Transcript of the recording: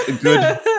Good